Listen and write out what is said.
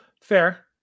Fair